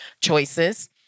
choices